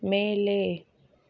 மேலே